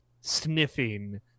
sniffing